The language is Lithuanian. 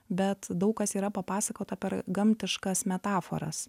bet daug kas yra papasakota per gamtiškas metaforas